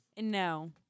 No